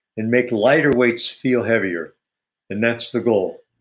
and make lighter weights feel heavier and that's the goal.